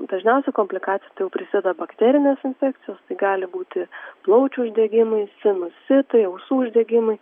dažniausia komplikacija tai jau prisideda bakterinės infekcijos gali būti plaučių uždegimai sinusitai ausų uždegimai